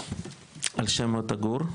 על שם מוטה גור,